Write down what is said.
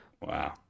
Wow